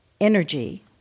energy